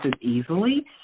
easily